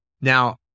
now